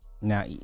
Now